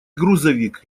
грузовик